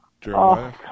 Jeremiah